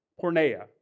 Cornea